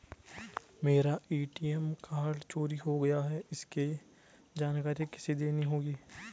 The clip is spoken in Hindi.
मेरा ए.टी.एम कार्ड चोरी हो गया है इसकी जानकारी किसे देनी होगी?